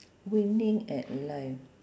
wining at life